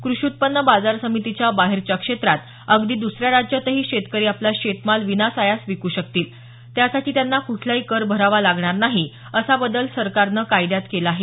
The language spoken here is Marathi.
कृषी उत्पन्न बाजार समितीच्या बाहेरच्या क्षेत्रात अगदी दसऱ्या राज्यातही शेतकरी आपला शेतमाल विनासायास विक् शकतील त्यासाठी त्यांना कुठलाही कर भरावा लागणार नाही असा बदल सरकारनं कायद्यात केला आहे